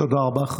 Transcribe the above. תודה רבה.